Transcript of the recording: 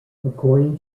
according